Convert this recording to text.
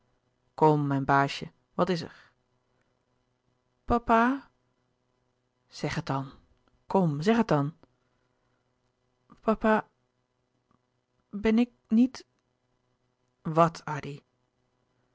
kom mijn baasje wat is er papa zeg het dan kom zeg het dan papa ben ik niet